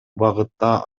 багытта